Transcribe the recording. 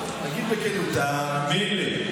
תאמין לי,